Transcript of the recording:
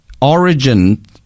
origin